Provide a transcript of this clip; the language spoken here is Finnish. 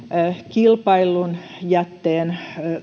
kilpaillun jätteen